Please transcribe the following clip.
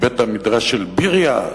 מבית-המדרש של ביריה?